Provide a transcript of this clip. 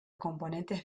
componentes